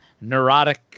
neurotic